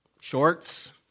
shorts